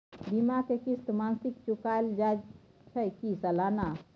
बीमा के किस्त मासिक चुकायल जाए छै की सालाना?